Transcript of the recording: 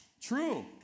True